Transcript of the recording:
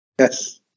Yes